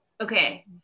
okay